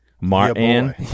Martin